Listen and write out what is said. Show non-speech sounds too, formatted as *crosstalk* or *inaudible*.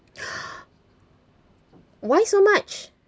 *noise* why so much